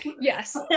yes